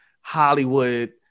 Hollywood